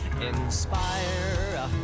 inspire